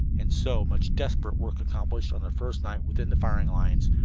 and so, much desperate work accomplished on their first night within the firing lines,